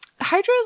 Hydras